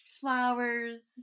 flowers